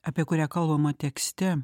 apie kurią kalbama tekste